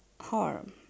harm